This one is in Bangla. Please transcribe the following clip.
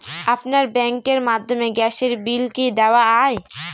আপনার ব্যাংকের মাধ্যমে গ্যাসের বিল কি দেওয়া য়ায়?